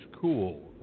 cool